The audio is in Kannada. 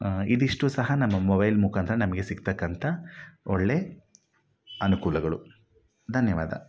ಇದಿಷ್ಟು ಸಹ ನಮ್ಮ ಮೊಬೈಲ್ ಮುಖಾಂತರ ನಮಗೆ ಸಿಗ್ತಕ್ಕಂಥ ಒಳ್ಳೆ ಅನುಕೂಲಗಳು ಧನ್ಯವಾದ